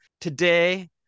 Today